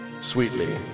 Sweetly